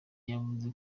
yavuze